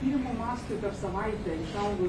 tyrimų mastui per savaitę išaugus